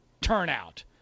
turnout